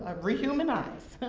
ah rehumanize.